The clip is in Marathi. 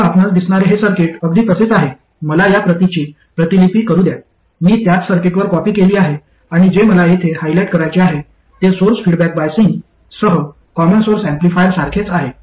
आता आपणास दिसणारे हे सर्किट अगदी तसेच आहे मला या प्रतीची प्रतिलिपी करू द्या मी त्याच सर्किटवर कॉपी केली आहे आणि जे मला येथे हायलाइट करायचे आहे ते सोर्स फीडबॅक बाईजिंगसह कॉमन सोर्स ऍम्प्लिफायर सारखेच आहे